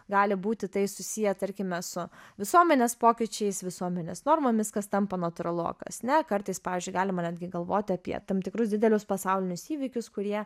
gali būti tai susiję tarkime su visuomenės pokyčiais visuomenės normomis kas tampa natūralu o kas ne kartais pavyzdžiui galima netgi galvoti apie tam tikrus didelius pasaulinius įvykius kurie